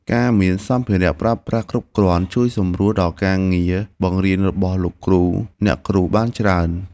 ការមានសម្ភារៈប្រើប្រាស់គ្រប់គ្រាន់ជួយសម្រួលដល់ការងារបង្រៀនរបស់លោកគ្រូអ្នកគ្រូបានច្រើន។